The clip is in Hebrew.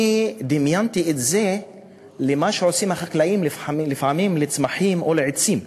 אני דימיתי את זה למה שעושים החקלאים לפעמים לצמחים או לעצים: